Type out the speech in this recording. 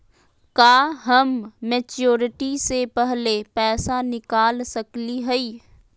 का हम मैच्योरिटी से पहले पैसा निकाल सकली हई?